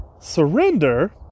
Surrender